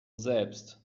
selbst